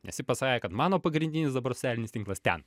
nes ji pasakė kad mano pagrindinis dabar socialinis tinklas ten